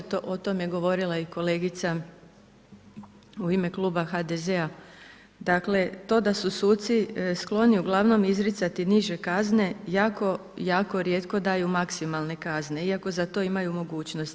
O tom je govorila i kolegica u ime Kluba HDZ-a, dakle to da su suci skloni uglavnom izricati niže kazne, jako, jako rijetko daju maksimalne kazne iako za to imaju mogućnost.